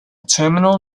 terminal